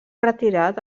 retirat